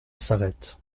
s’arrête